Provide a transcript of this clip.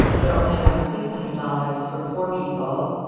they're only around six hundred dollars for poor people.